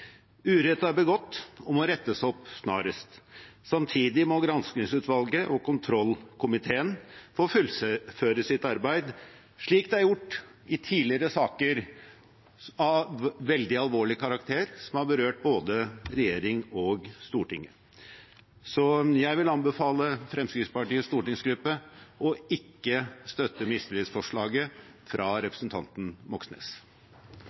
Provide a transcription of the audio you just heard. Urett er begått og må rettes opp snarest. Samtidig må granskingsutvalget og kontrollkomiteen få fullføre sitt arbeid, slik det er gjort i tidligere saker av veldig alvorlig karakter som har berørt både regjering og storting. Jeg vil anbefale Fremskrittspartiets stortingsgruppe å ikke støtte mistillitsforslaget fra representanten Moxnes.